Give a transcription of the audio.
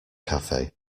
cafe